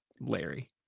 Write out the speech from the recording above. Larry